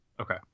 Okay